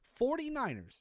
49ers